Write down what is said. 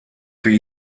für